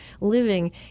living